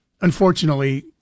unfortunately